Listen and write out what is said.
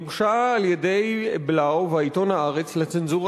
הוגשה על-ידי בלאו ועיתון "הארץ" לצנזורה